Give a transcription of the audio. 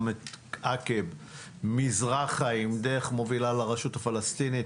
את עקב מזרחה עם דרך מובילה לרשות הפלסטינית,